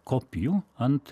kopijų ant